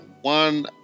one